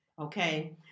Okay